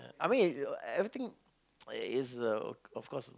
I mean you everything is of course